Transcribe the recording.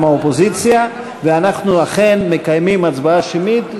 מטעם האופוזיציה, ואנחנו אכן מקיימים הצבעה שמית.